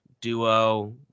duo